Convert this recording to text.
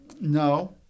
no